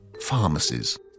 pharmacies